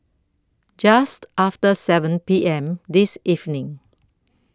Just after seven P M This evening